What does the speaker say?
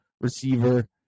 receiver